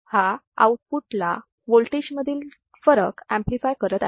हा आऊटपुटला वोल्टेज मधील फरक ऍम्प्लिफाय करत आहे